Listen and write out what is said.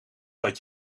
dat